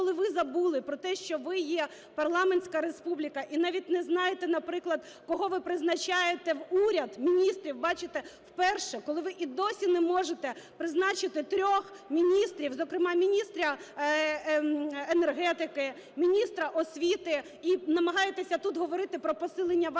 коли ви забули про те, що ви є парламентська республіка і навіть не знаєте, наприклад, кого ви призначаєте в уряд, міністрів бачите вперше, коли ви і досі не можете призначити 3 міністрів, зокрема міністра енергетики, міністра освіти, і намагаєтеся тут говорити про посилення ваших